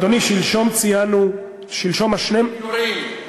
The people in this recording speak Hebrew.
אדוני, שלשום ציינו, שלשום, שקט, יורים.